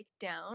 down